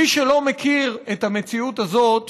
מי שלא מכיר את המציאות הזאת